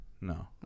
No